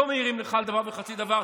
לא מעירים לך על דבר וחצי דבר,